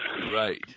Right